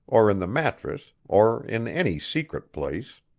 or in the mattress, or in any secret place.